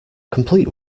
complete